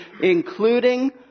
including